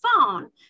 phone